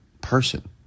person